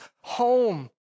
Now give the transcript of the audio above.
home